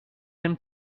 him